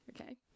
Okay